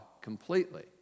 completely